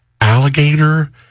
alligator